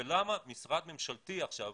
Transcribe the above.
ולמה משרד ממשלתי עכשיו,